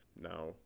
now